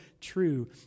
true